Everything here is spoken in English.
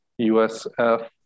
USF